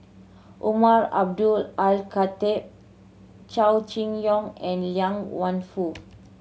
Umar Abdullah Al Khatib Chow Chee Yong and Liang Wenfu